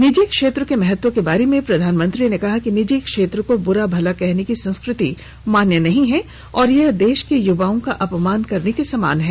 निजी क्षेत्र के महत्व के बारे में प्रधानमंत्री ने कहा कि निजी क्षेत्र को बुरा भला कहने की संस्कृति मान्य नहीं है और यह देश के युवाओं का अपमान करने के समान है